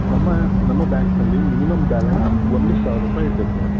ನಮ್ಮ ನಮ್ಮ ಬ್ಯಾಂಕ್ನಲ್ಲಿ ಮಿನಿಮಮ್ ಬ್ಯಾಲೆನ್ಸ್ ಒಂದು ಸಾವಿರ ರೂಪಾಯಿ ಇಡಬೇಕು ನೀವು